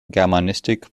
germanistik